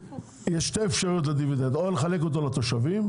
הדיבידנד, יש שתי אפשרויות, או לחלק אותו לתושבים.